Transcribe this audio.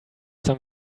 some